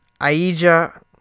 Aija